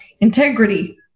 integrity